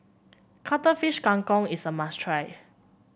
Cuttlefish Kang Kong is a must try